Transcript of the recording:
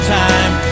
time